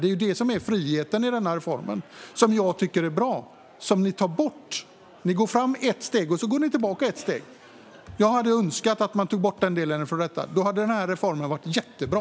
Det är det som är friheten i den här reformen, som jag tycker är bra men som ni tar bort. Ni går framåt ett steg och tillbaka ett steg. Jag hade önskat att man hade tagit bort den här delen. Då hade den här reformen varit jättebra.